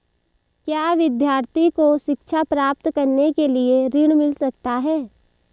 क्या विद्यार्थी को शिक्षा प्राप्त करने के लिए ऋण मिल सकता है?